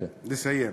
נסיים.